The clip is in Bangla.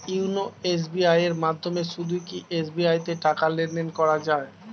ইওনো এস.বি.আই এর মাধ্যমে শুধুই কি এস.বি.আই তে টাকা লেনদেন করা যায়?